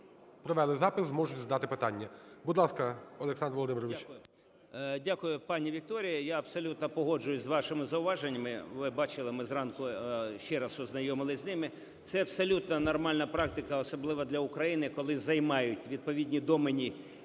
провели запис, зможуть задати питання. Будь ласка, Олександр Володимирович. 14:01:00 СПІВАКОВСЬКИЙ О.В. Дякую. Дякую, пані Вікторія. Я абсолютно погоджуюсь з вашими зауваженнями. Ви бачили, ми зранку ще раз ознайомились з ними. Це абсолютно нормальна практика, особливо для України, коли займають відповідні доменні